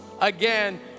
again